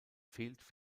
fehlt